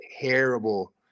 terrible